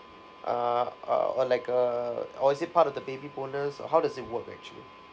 uh err or like a or is it part of the baby bonus or how does work actually